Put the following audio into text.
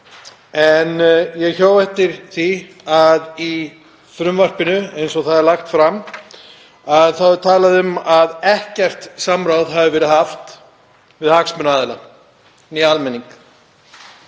En ég hjó eftir því að í frumvarpinu, eins og það er lagt fram, er talað um að ekkert samráð hafi verið haft við hagsmunaaðila eða almenning.